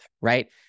right